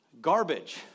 Garbage